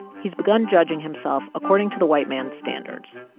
he's begun judging himself according to the white man's standards,